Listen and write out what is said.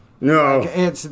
No